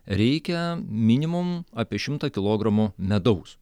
reikia minimum apie šimtą kilogramų medaus